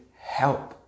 help